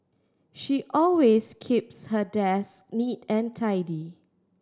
she always keeps her desk neat and tidy